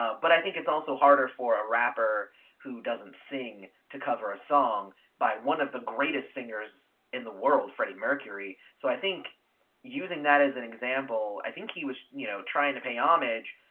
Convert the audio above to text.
ah but i think it's also harder for a rapper who doesn't sing to cover a song by one of the greatest singers in the world freddie mercury, so i think using that as an example, i think he was you know trying to pay homage,